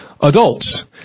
adults